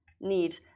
need